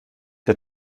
der